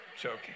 Joking